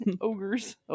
ogres